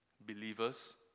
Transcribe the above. believers